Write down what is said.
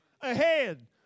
ahead